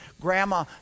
grandma